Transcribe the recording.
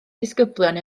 disgyblion